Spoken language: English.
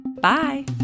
Bye